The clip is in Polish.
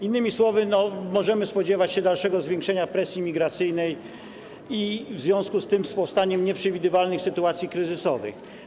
Innymi słowy, możemy spodziewać się dalszego zwiększenia presji migracyjnej i w związku z tym powstania nieprzewidywalnych sytuacji kryzysowych.